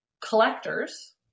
collectors